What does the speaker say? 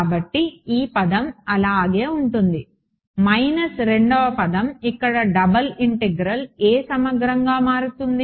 కాబట్టి ఈ పదం అలాగే ఉంటుంది మైనస్ రెండవ పదం ఇక్కడ డబుల్ ఇంటిగ్రల్ ఏ సమగ్రంగా మారుతుంది